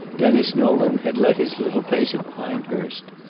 denis nolan had let his little place at pinehurst.